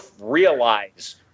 realize